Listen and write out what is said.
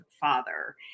father